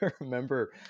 remember